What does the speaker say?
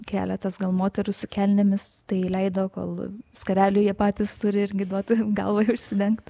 keletas gal moterų su kelnėmis tai leido kol skarelių jie patys turi irgi duoti galvai užsidengt